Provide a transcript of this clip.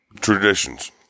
Traditions